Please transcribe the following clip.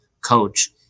coach